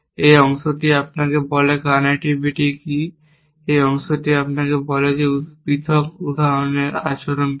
এই অংশটি আপনাকে বলে কানেক্টিভিটি কী এই অংশটি আপনাকে বলে যে পৃথক উপাদানের আচরণ কী